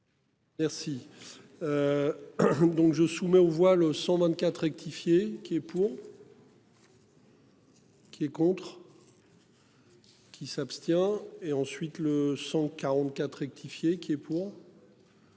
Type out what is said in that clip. Merci. Donc je soumets au voile 124 rectifié qui est pour. Qui est contre. Qui s'abstient et ensuite le 144 rectifié qui est pour.